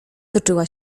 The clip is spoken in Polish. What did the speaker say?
toczyła